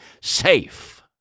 Safe